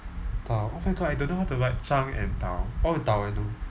导 oh my god I don't know how to write 章 and 导 oh 导 I know